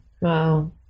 wow